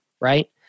right